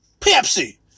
Pepsi